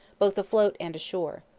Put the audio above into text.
both afloat and ashore.